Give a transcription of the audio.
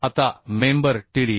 आता member td